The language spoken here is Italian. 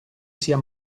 sia